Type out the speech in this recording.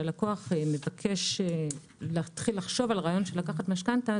שהלקוח מבקש להתחיל לחשוב על רעיון של לקחת משכנתא,